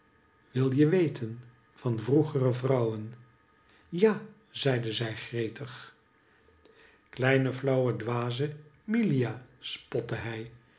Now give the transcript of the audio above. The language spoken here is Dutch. wil je weten van vroegere vrouwen ja zeide zij gretig kleine flauwe dwaze milia spotte hij